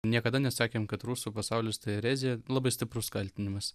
niekada nesakėm kad rusų pasaulis tai erezija labai stiprus kaltinimas